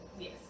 Yes